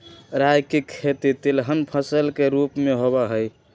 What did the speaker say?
राई के खेती तिलहन फसल के रूप में होबा हई